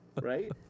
right